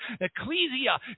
ecclesia